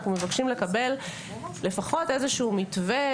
אנחנו מבקשים לקבל לפחות איזשהו מתווה